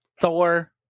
Thor